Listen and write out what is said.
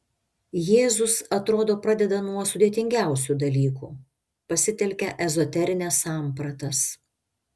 jėzus atrodo pradeda nuo sudėtingiausių dalykų pasitelkia ezoterines sampratas